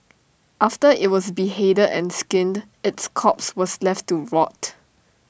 after IT was beheaded and skinned its corpse was left to rot